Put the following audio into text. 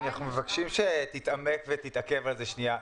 אנחנו מבקשים שתתעמת עם זה ותתעכב על זה שנייה.